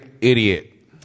idiot